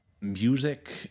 music